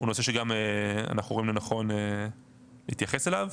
זה נושא שאנחנו רואים לנכון להתייחס אליו,